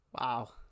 Wow